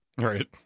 right